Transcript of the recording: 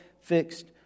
fixed